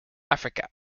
africa